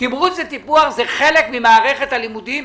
תמרוץ וטיפוח זה חלק ממערכת הלימודים.